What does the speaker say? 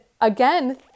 again